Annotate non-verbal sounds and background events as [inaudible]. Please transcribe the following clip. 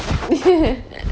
[laughs]